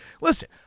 Listen